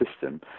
system